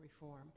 reform